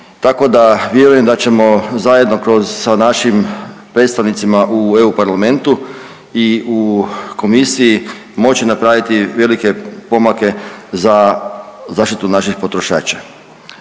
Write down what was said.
tako da vjerujem da ćemo zajedno kroz, sa našim predstavnicima u EU Parlamentu i u Komisiji moći napraviti velike pomake za zaštitu naših potrošača.